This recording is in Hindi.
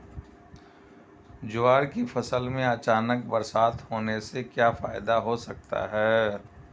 ज्वार की फसल में अचानक बरसात होने से क्या फायदा हो सकता है?